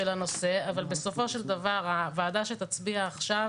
הנושא אבל בסופו של דבר הוועדה שתצביע עכשיו,